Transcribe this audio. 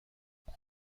اون